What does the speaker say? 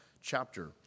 chapter